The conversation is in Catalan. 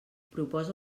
proposa